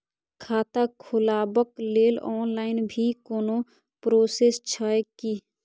खाता खोलाबक लेल ऑनलाईन भी कोनो प्रोसेस छै की?